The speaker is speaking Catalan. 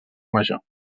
major